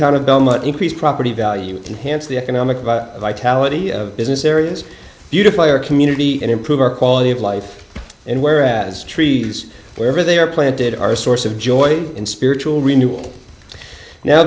town of belmont increase property value enhanced the economic vitality of business areas beautifier community and improve our quality of life and whereas trees wherever they are planted are a source of joy and spiritual renewal now